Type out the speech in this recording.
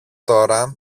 τώρα